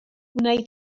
wnei